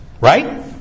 right